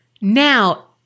now